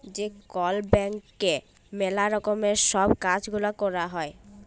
যে কল ব্যাংকে ম্যালা রকমের সব কাজ গুলা ক্যরা হ্যয়